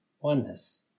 oneness